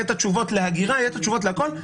להגירה וכולי.